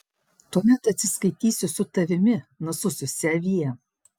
tuomet atsiskaitysiu su tavimi nusususi avie